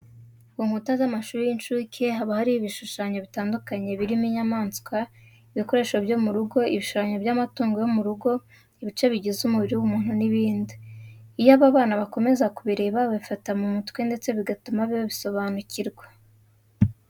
Ku nkuta z'amashuri y'incuke haba hariho ibishushanyo bitandukanye birimo inyamaswa, ibikoresho byo mu rugo, ibishushanyo by'amatungo yo mu rugo, ibice bigize umubiri w'umuntu n'ibindi. Iyo aba bana bakomeza kubireba babifata mu mutwe ndetse bigatuma babisobanukirwa.